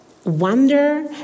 Wonder